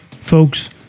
Folks